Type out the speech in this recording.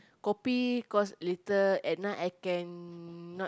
kopi cause later at night I cannot